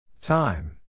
Time